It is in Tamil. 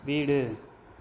வீடு